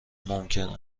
ممکن